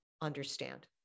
understand